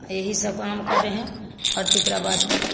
यही सब काम करें हैं और तीकरा बाद बात